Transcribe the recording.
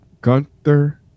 Gunther